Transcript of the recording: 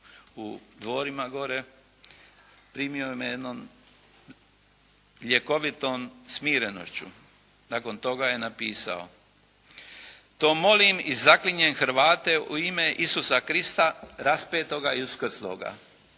u dvorima gore, primio me je jednom ljekovitom smirenošću. Nakon toga je napisao: "To molim i zaklinjem Hrvate u ime Isusa Krista raspetoga i uskrsloga